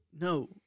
no